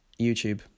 YouTube